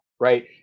right